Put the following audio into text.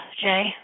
Jay